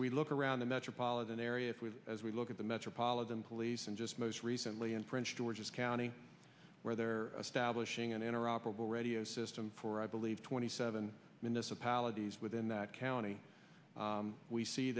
we look around the metropolitan area as we look at the metropolitan police and just most recently in prince george's county where there stablish ing and interoperable radio system for i believe twenty seven minutes apologies within that county we see